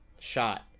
shot